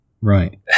Right